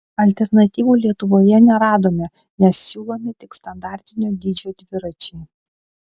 alternatyvų lietuvoje neradome nes siūlomi tik standartinio dydžio dviračiai